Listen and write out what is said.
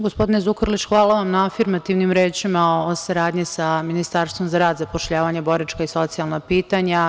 Gospodine Zukorliću, hvala vam na afirmativnim rečima o saradnji sa Ministarstvom za rad, zapošljavanje, boračka i socijalna pitanja.